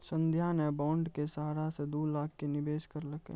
संध्या ने बॉण्ड के सहारा से दू लाख के निवेश करलकै